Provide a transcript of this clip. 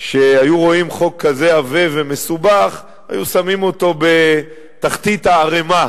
שהיו רואים חוק כזה עבה ומסובך והיו שמים אותו בתחתית הערימה.